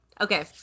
Okay